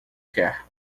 quer